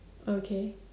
okay